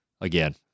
again